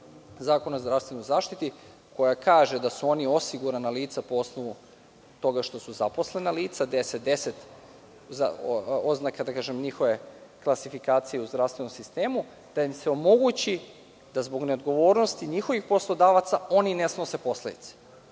Zakona o zdravstvenoj zaštiti, koja kaže da su oni osigurana lica po osnovu toga što su zaposlena lica, oznaka 1010 njihove klasifikacije u zdravstvenom sistemu, da im se omogući da zbog neodgovornosti njihovih poslodavaca oni ne snose posledice.